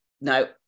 no